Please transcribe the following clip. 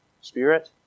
spirit